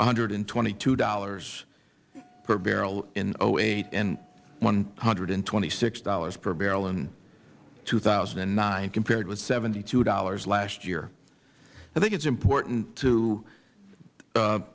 one hundred and twenty two dollars per barrel in eight and one hundred and twenty six dollars per barrel in two thousand and nine compared with seventy two dollars last year i think it is important